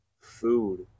food